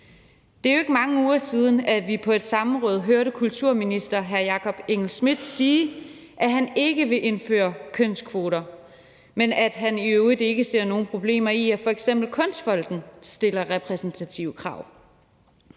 Det er jo ikke mange uger siden, at vi på et samråd hørte kulturministeren sige, at han ikke vil indføre kønskvoter, men at han i øvrigt ikke ser nogen problemer i, at f.eks. Kunstfonden stiller repræsentative krav.